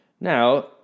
Now